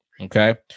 okay